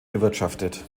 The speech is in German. bewirtschaftet